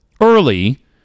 early